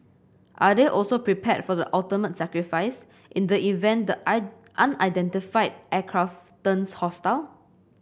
are they also prepared for the ultimate sacrifice in the event the unidentified aircraft turns hostile